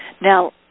Now